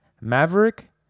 Maverick